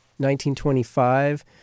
1925